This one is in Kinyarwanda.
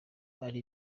ari